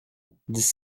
dix